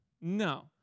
No